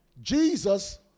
Jesus